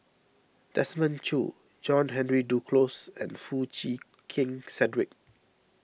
Desmond Choo John Henry Duclos and Foo Chee Keng Cedric